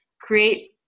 create